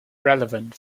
relevant